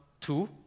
two